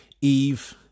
Eve